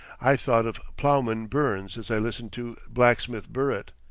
i thought of ploughman burns as i listened to blacksmith burritt.